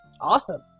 Awesome